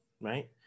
right